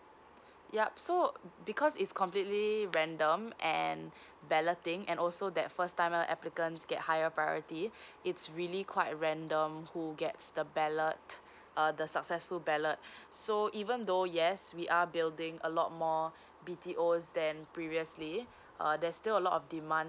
yup so because it's completely random and balloting and also that first time applicants get higher priority it's really quite random who gets the ballot the successful ballot so even though yes we are building a lot more B T O than previously uh there's still a lot of demand